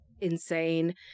insane